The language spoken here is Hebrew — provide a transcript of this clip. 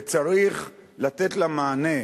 וצריך לתת לה מענה,